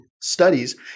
studies